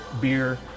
beer